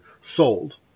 sold